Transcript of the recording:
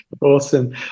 awesome